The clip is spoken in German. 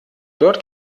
dort